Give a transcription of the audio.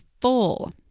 full